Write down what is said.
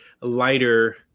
lighter